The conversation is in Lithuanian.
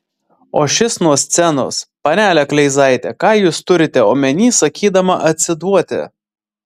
o šis nuo scenos panele kleizaite ką jūs turite omenyje sakydama atsiduoti